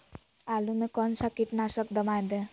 आलू में कौन सा कीटनाशक दवाएं दे?